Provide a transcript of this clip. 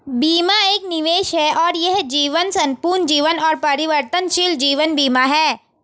बीमा एक निवेश है और यह जीवन, संपूर्ण जीवन और परिवर्तनशील जीवन बीमा है